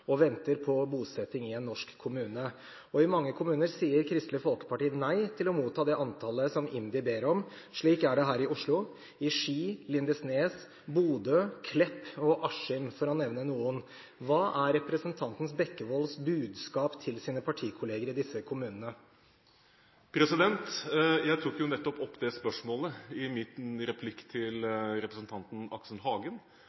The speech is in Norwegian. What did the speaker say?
og venter på bosetting i en norsk kommune. I mange kommuner sier Kristelig Folkeparti nei til å motta det antallet som IMDi ber om. Slik er det her i Oslo, Ski, Lindesnes, Bodø, Klepp og Askim, for å nevne noen. Hva er representanten Bekkevolds budskap til sine partikolleger i disse kommunene? Jeg tok jo nettopp opp det spørsmålet – i min replikk til representanten Aksel Hagen